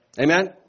Amen